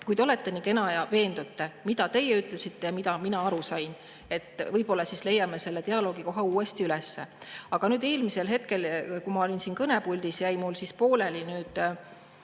Kui te olete nii kena ja [vaatate], mida teie ütlesite ja kuidas mina aru sain, siis võib-olla leiame selle dialoogikoha uuesti üles. Aga nüüd, eelmisel hetkel, kui ma olin siin kõnepuldis, jäi mul pooleli